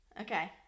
Okay